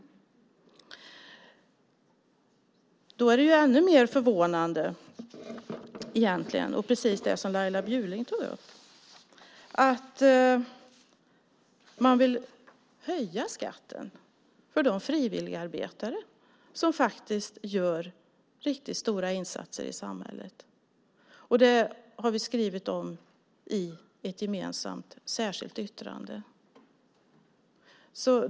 Desto mer förvånande är det därför - vilket Laila Bjurling också tog upp - att man vill höja skatten för de frivilligarbetare som gör riktigt stora insatser i samhället. Det har vi tagit upp i ett gemensamt särskilt yttrande.